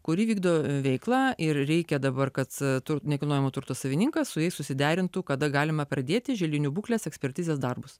kuri vykdo veiklą ir reikia dabar kad nekilnojamo turto savininkas su jais susiderintų kada galima pradėti želdinių būklės ekspertizės darbus